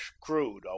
crude